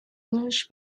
english